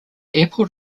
airport